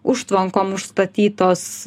užtvankom užstatytos